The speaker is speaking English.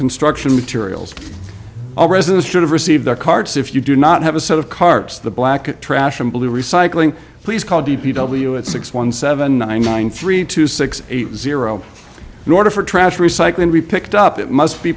construction materials all residents should have received their carts if you do not have a set of carts the black trash and blue recycling please call d p w at six one seven nine nine three two six eight zero in order for trash recycling to be picked up it must be